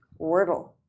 Wordle